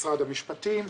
משרד המשפטים,